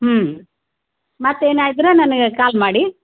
ಹ್ಞೂ ಮತ್ತೆ ಏನು ಇದ್ರೆ ನನಗೆ ಕಾಲ್ ಮಾಡಿ